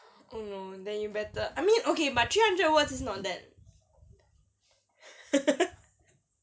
oh no then you better I mean okay but three hundred words is not that